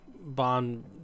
Bond